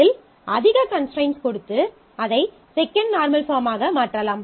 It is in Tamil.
அதில் அதிக கன்ஸ்ட்ரைன்ட்ஸ் கொடுத்து அதை செகண்ட் நார்மல் பாஃர்ம்மாக மாற்றலாம்